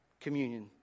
communion